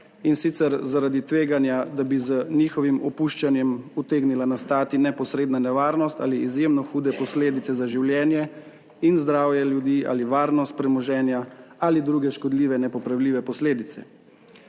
In sicer, zaradi tveganja, da bi z njihovim opuščanjem utegnila nastati neposredna nevarnost ali izjemno hude posledice za življenje in zdravje ljudi ali varnost premoženja ali druge škodljive nepopravljive posledice.